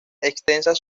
extensas